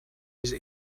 his